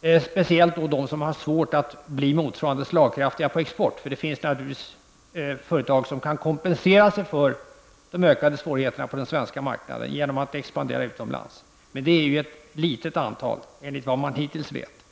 i synnerhet utvecklingen för de företag som har svårt att bli slagkraftiga när det gäller export? Det finns naturligtvis företag som kan kompensera sig för de ökade svårigheterna på den svenska marknaden genom att expandera utomlands, men enligt vad man hittills känner till utgör dessa företag ett litet antal.